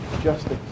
justice